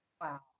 Wow